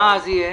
מה אז יהיה?